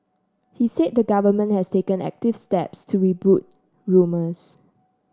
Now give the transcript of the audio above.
he said the government has taken active steps to rebut rumours